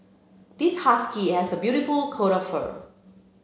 this husky has a beautiful coat of fur